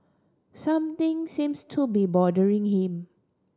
something seems to be bothering him